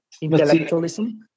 intellectualism